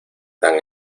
tan